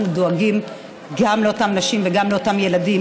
דואגים גם לאותן נשים וגם לאותם ילדים,